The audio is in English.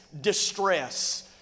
distress